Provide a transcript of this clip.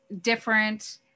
different